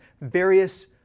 various